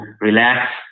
relax